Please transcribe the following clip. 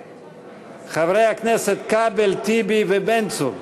חברי הכנסת כבל, טיבי ובן צור,